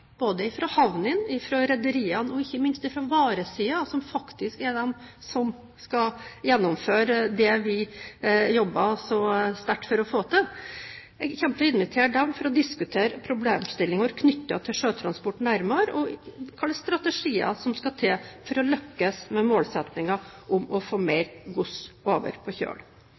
både fra havnene, fra rederiene og ikke minst fra varesiden, som faktisk skal gjennomføre det vi jobber så sterkt for å få til, for å diskutere nærmere problemstillinger knyttet til sjøtransporten, og hvilke strategier som skal til for å lykkes med målsettingen om å få mer gods over på kjøl.